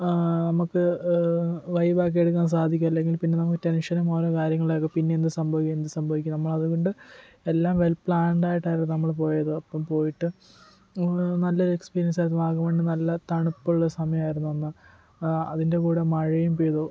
നമുക്ക് വൈബ് ആക്കി എടുക്കാൻ സാധിക്കൂ അല്ലെങ്കിൽ പിന്നെ നമുക്ക് ടെൻഷനും ഓരോ കാര്യങ്ങളൊക്കെ പിന്നെന്ത് സംഭവിക്കും എന്ത് സംഭവിക്കും നമ്മളതുകൊണ്ട് എല്ലാം വെൽ പ്ലാൻഡ് ആയിട്ടായിരുന്നു നമ്മൾ പോയത് അപ്പോൾ പോയിട്ട് നല്ലൊരു എക്സ്പീരിയൻസ് ആയിരുന്നു വാഗമണ്ണിൽ നല്ല തണുപ്പുള്ള ഒരു സമയം ആയിരുന്നു അന്ന് അതിൻ്റെ കൂടെ മഴയും പെയ്തു